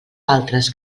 altres